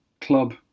club